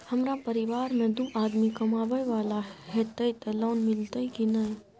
हमरा परिवार में दू आदमी कमाए वाला हे ते लोन मिलते की ने?